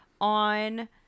On